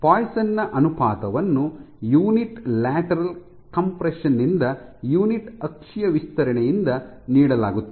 Poisson ನ ಅನುಪಾತವನ್ನು unit lateral compression ನಿಂದ ಯುನಿಟ್ ಅಕ್ಷೀಯ ವಿಸ್ತರಣೆಯಿಂದ ನೀಡಲಾಗುತ್ತದೆ